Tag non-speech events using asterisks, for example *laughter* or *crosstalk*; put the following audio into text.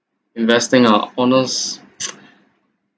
investing ah honest *noise*